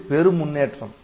இது பெரு முன்னேற்றம்